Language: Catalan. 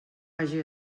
hagi